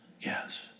Yes